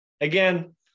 again